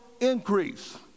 increase